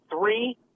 three